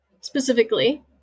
specifically